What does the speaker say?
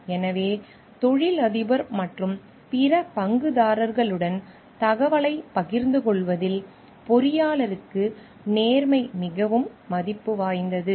எனவே தொழிலதிபர் மற்றும் பிற பங்குதாரர்களுடன் தகவலைப் பகிர்ந்து கொள்வதில் பொறியாளருக்கு நேர்மை மிகவும் மதிப்பு வாய்ந்தது